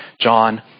John